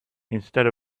instead